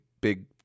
big